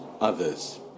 others